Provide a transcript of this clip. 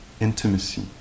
intimacy